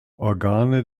organe